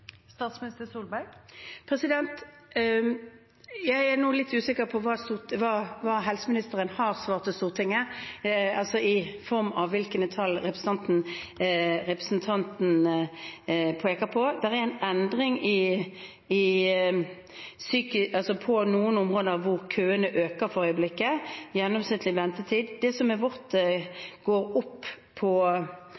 Jeg er litt usikker på hva helseministeren har svart Stortinget, altså hvilke tall representanten peker på. Det er en endring på noen områder der køene øker for øyeblikket. Gjennomsnittlig ventetid går opp i noen regioner og ned f.eks. i Helse Vest på alle tjenesteområder i de siste tallene vi har. Men vi er